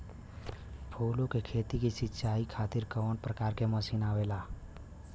फूलो के खेती में सीचाई खातीर कवन प्रकार के मशीन आवेला?